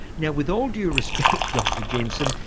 now with all due respect, dr jensen,